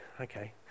okay